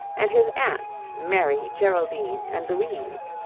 and his aunts mary, geraldine, and louise.